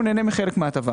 הוא נהנה מחלק של ההטבה.